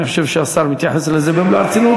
אני חושב שהשר מתייחס לזה במלוא הרצינות,